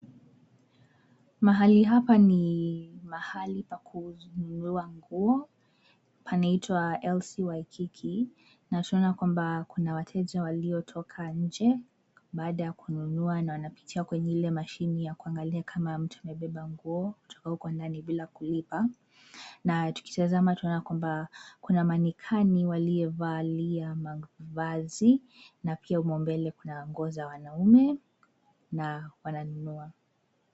Mahali hapa ni mahali pa kununua nguo, panaitwa LC WAIKIKI na tunaona kwamba kuna wateja waliotoka nje baada ya kununua na wanapitia kwenye ile mashini ya kuangalia kama mtu amebeba nguo kutoka huko ndani bila kulipa na tukitazama tunaona kua kuna manekani ,wamevalia mavazi na pia humo mbele kuna nguo za wanaume na wananunua.